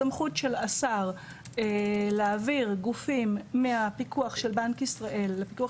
הסמכות של השר להעביר גופים מהפיקוח של בנק ישראל לפיקוח